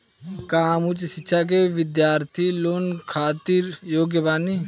का हम उच्च शिक्षा के बिद्यार्थी लोन खातिर योग्य बानी?